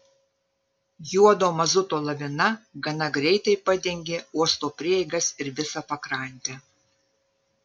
juodo mazuto lavina gana greitai padengė uosto prieigas ir visą pakrantę